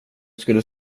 skulle